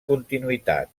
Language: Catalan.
continuïtat